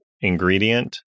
ingredient